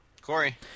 Corey